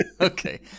Okay